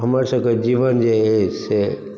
हमरा सबके जीवन जे अइ से